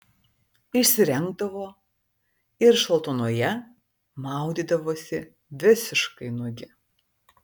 išsirengdavo ir šaltuonoje maudydavosi visiškai nuogi